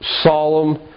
solemn